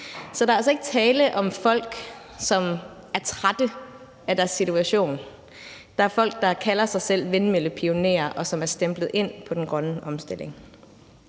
så der er altså ikke tale om folk, som er trætte af deres situation. Det er folk, der kalder sig selv vindmøllepionerer, og som er stemplet ind på den grønne omstilling.